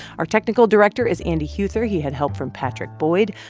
our technical director is andy huether. he had help from patrick boyd.